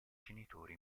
genitori